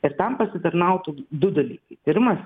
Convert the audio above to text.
ir tam pasitarnautų du dalykai pirmas